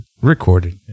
recorded